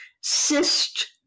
cyst